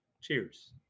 Cheers